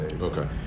Okay